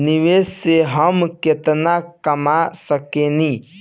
निवेश से हम केतना कमा सकेनी?